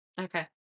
Okay